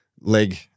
leg